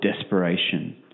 desperation